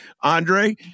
Andre